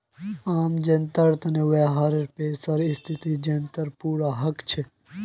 आम जनताक वहार पैसार स्थिति जनवार पूरा हक छेक